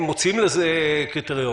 הם מוצאים לזה קריטריונים,